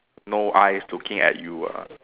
no eyes looking at you ah